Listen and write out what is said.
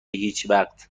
هیچوقت